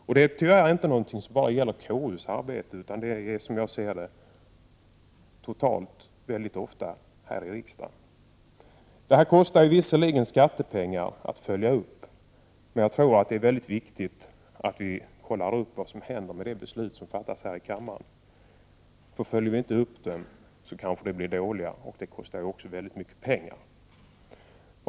Och detta är tyvärr något som gäller inte bara KU:s arbete utan tyvärr också, som jag ser det, mycket ofta riksdagens arbete i stort. Det kostar visserligen skattepengar att följa upp besluten, men jag tror att det är mycket viktigt att vi kontrollerar vad som händer efter de beslut som fattas här i kammaren. Följer vi inte upp dem blir resultatet kanske dåligt och kostar därmed mycket pengar.